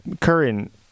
current